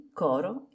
coro